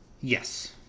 Yes